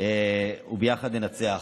וביחד ננצח.